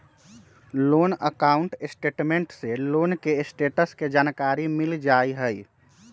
loan account statement से loan के status के जानकारी मिल जाइ हइ